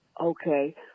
Okay